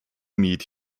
meet